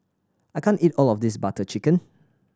I can't eat all of this Butter Chicken